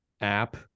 app